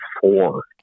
four